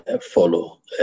follow